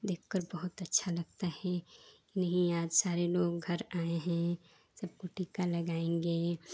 देखकर बहुत अच्छा लगता है नहीं आज सारे लोग घर आए हैं सबको टीका लगाएँगे